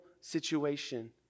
situation